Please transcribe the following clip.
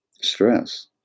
stress